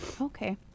Okay